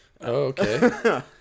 Okay